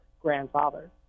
grandfather